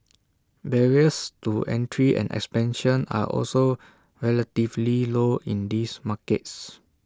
barriers to entry and expansion are also relatively low in these markets